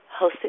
hosted